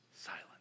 silence